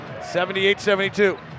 78-72